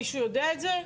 מישהו יודע את זה?